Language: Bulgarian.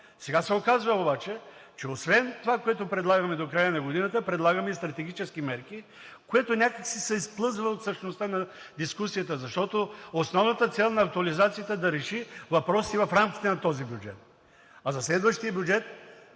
Сега се оказва обаче, че освен това, което предлагаме до края на годината, предлагаме и стратегически мерки, което някак си се изплъзва от същността на дискусията, защото основната цел на актуализацията е да реши въпросите в рамките на този бюджет. А за следващия бюджет,